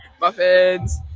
Muffins